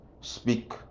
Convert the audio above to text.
speak